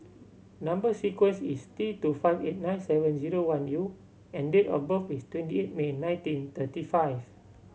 number sequence is T two five eight nine seven zero one U and date of birth is twenty eight May nineteen thirty five